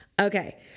Okay